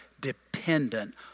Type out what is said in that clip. dependent